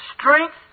strength